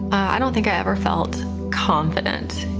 i don't think i ever felt confident